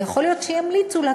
ויכול להיות שימליצו לה,